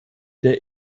der